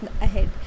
ahead